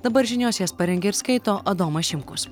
dabar žinios jas parengė ir skaito adomas šimkus